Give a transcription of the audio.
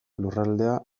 lurraldea